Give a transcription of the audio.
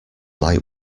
light